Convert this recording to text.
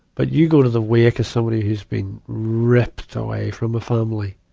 but you go to the wake of somebody who's been ripped away from a family.